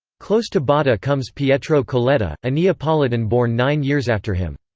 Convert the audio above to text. close to botta comes pietro colletta, a neapolitan born nine years after him.